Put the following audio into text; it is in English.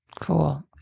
cool